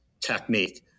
technique